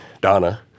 Donna